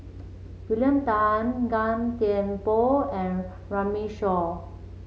William Tan Gan Thiam Poh and Runme Shaw